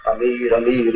leave me